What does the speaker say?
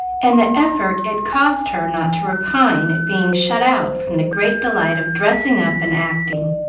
and the effort it cost her not to repine at being shut out from the great delight of dressing up and acting.